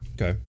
Okay